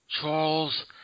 Charles